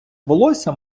волосся